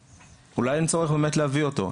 אולי אין צורך באמת להביא אותו,